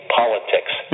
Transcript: politics